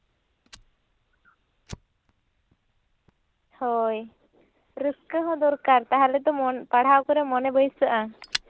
ᱦᱳᱭ ᱨᱟᱹᱥᱠᱟᱹ ᱦᱚᱸ ᱫᱚᱨᱠᱟᱨ ᱛᱟᱦᱞᱮ ᱛᱚ ᱢᱚᱱ ᱯᱟᱲᱦᱟᱣ ᱠᱚᱨᱮ ᱢᱚᱱᱮ ᱵᱟᱹᱭᱥᱟᱹᱜᱼᱟ